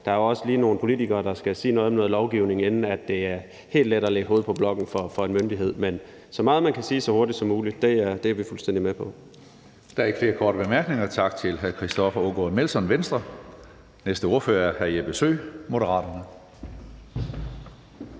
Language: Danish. at der også lige er nogle politikere, der skal sige noget om noget lovgivning, inden det er helt let for en myndighed at lægge hovedet på blokken. Men så meget, man kan sige, så hurtigt som muligt, er vi fuldstændig med på. Kl. 14:41 Formanden (Søren Gade): Der er ikke flere korte bemærkninger, så vi siger tak til hr. Christoffer Aagaard Melson, Venstre. Næste ordfører er hr. Jeppe Søe, Moderaterne.